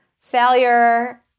failure